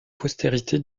postérité